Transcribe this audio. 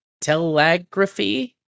Telegraphy